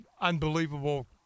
unbelievable